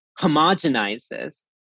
homogenizes